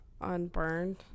unburned